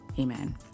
amen